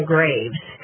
Graves